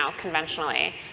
conventionally